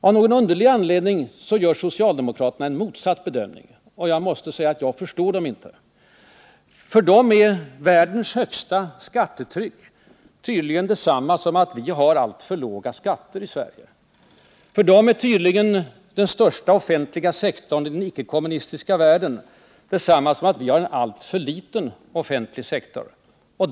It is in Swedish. Av någon underlig anledning gör socialdemokraterna en motsatt bedömning. Och jag måste säga att jag förstår dem inte. För dem är världens högsta skattetryck tydligen detsamma som att vi har alltför låga skatter i Sverige. För dem är tydligen den största offentliga sektorn i den icke-kommunistiska världen detsamma som att vi har en alltför liten offentlig sektor.